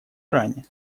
иране